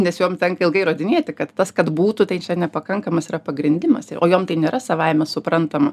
nes jom tenka ilgai įrodinėti kad tas kad būtų tai čia nepakankamas yra pagrindimas o jom tai nėra savaime suprantama